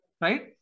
right